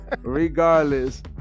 regardless